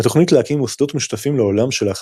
התוכנית להקים מוסדות משותפים לעולם שלאחר